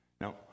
No